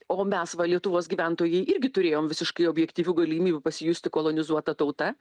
o mes va lietuvos gyventojai irgi turėjom visiškai objektyvių galimybių pasijusti kolonizuota tauta